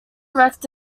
wrecked